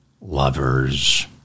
Lovers